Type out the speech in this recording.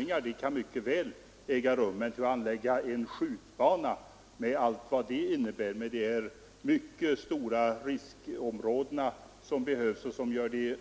Men alla ansvariga instanser avstyrker att man där skall anlägga en skjutbana med allt den innebär; det blir fråga om mycket stora riskområden, vilket gör det